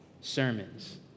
sermons